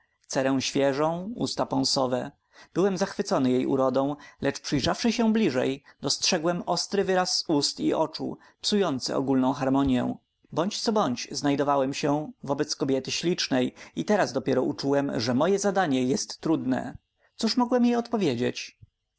złocisto brunatne cerę świeżą usta ponsowe byłem zachwycony jej urodą lecz przyjrzawszy się bliżej dostrzegłem ostry wyraz ust i oczu psujący ogólną harmonię bądź co bądź znajdowałem się wobec kobiety ślicznej i teraz dopiero uczułem ze moje zadanie jest trudne cóż mogłem jej odpowiedzieć